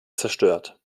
zerstört